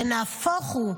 ונהפוך הוא: